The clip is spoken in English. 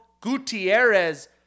Gutierrez